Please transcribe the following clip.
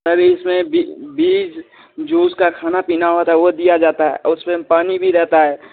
sir इस में बीज जो उसका खाना पीना होता है वो दिया जाता है उस में पानी भी रहता है